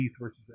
versus